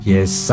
Yes